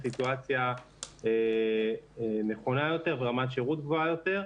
היא סיטואציה נכונה יותר ורמת שירות גבוהה יותר.